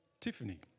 Tiffany